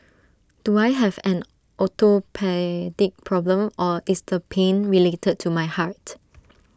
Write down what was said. do I have an orthopaedic problem or dis the pain related to my heart